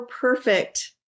perfect